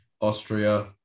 Austria